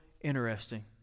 interesting